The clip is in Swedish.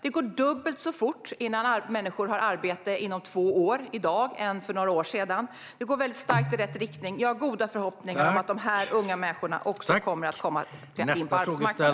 Det går i dag dubbelt så fort för människor att få arbete som för några år sedan - inom två år. Det går väldigt starkt i rätt riktning. Jag har goda förhoppningar om att de här unga människorna också kommer att komma in på arbetsmarknaden.